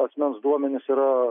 asmens duomenys yra